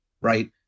Right